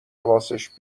حواسش